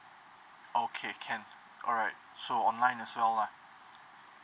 okay can alright so online as well lah